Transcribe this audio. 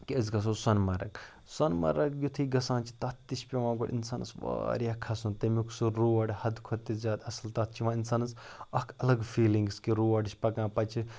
کہِ أسۍ گژھو سۄنمرٕگ سۄنمرٕگ یُتھُے گژھان چھِ تَتھ تہِ چھِ پٮ۪وان گۄڈٕ اِنسانَس واریاہ کھَسُن تَمیُک سُہ روڈ حدٕ کھۄتہٕ تہِ زٖیادٕ اَصٕل تَتھ چھِ یِوان اِنسانَس اَکھ اَلگ فیٖلِنٛگٕس کہِ روڈ چھِ پَکان پَتہٕ چھِ